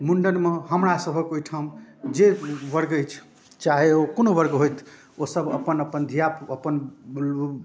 मुण्डनमे हमरासबके ओहिठाम जे वर्ग अछि चाहे ओ कोनो वर्ग होइत ओसब अपन अपन धिया पऽ अपन